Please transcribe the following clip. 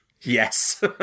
yes